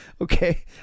Okay